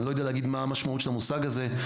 אני לא יודע להגיד מה המשמעות של המושג אם